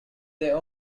their